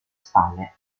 spalle